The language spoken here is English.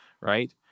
right